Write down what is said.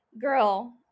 Girl